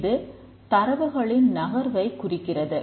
இது தரவுகளின் நகர்வைக் குறிக்கிறது